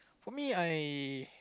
for me I